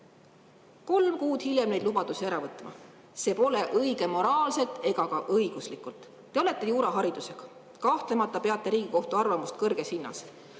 kolm kuud hiljem neid lubadusi ära võtma. See pole õige ei moraalset ega ka õiguslikult. Te olete juuraharidusega. Kahtlemata peate Riigikohtu arvamust kõrges hinnas,